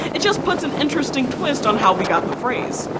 it just puts an interesting twist on how we got the phrase.